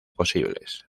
posibles